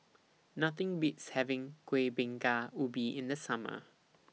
Nothing Beats having Kueh Bingka Ubi in The Summer